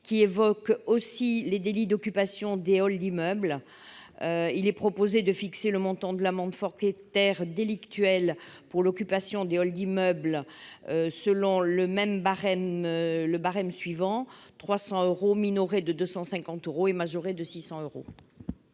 qui évoque aussi les délits d'occupation des halls d'immeuble. Il est donc proposé de fixer le montant de l'amende forfaitaire délictuelle pour l'occupation des halls d'immeuble selon le barème suivant : 300 euros, minorés à 250 euros et majorés à 600 euros.